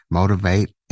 motivate